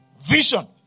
vision